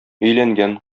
өйләнгән